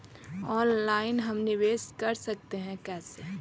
Online हम निवेश कर सकते है, कैसे?